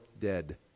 dead